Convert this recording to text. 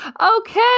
Okay